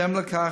בהתאם לכך,